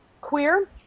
queer